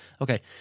okay